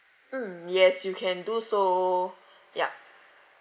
mm yes you can do so yup